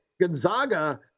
Gonzaga